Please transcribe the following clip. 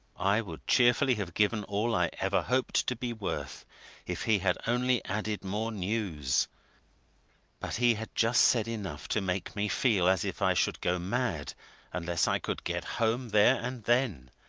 i would cheerfully have given all i ever hoped to be worth if he had only added more news but he had just said enough to make me feel as if i should go mad unless i could get home there and then.